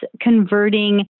converting